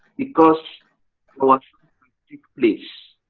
because what's place.